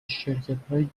شرکتهای